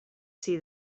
see